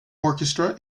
orchestra